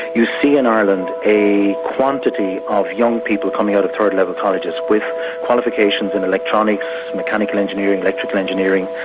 you see in ireland a quantity of young people coming out of third-level colleges with qualifications in electronics, mechanical engineering, electrical engineering,